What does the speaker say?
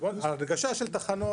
הנגשה של תחנות,